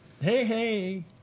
hey-hey